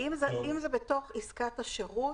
אם זה בתוך עסקת השירות,